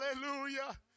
Hallelujah